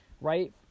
right